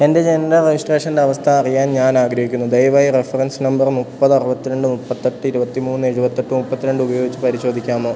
എൻ്റെ ജനന റയിസ്ട്രേഷൻ്റെ അവസ്ഥ അറിയാൻ ഞാൻ ആഗ്രഹിക്കുന്നു ദയവായി റഫറൻസ് നമ്പറ് മുപ്പത് അറുപത്തിരണ്ട് മുപ്പത്തെട്ട് ഇരുപത്തിമൂന്ന് എഴുപത്തെട്ട് മുപ്പത്തിരണ്ട് ഉപയോഗിച്ച് പരിശോധിക്കാമോ